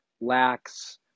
lacks